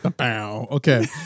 okay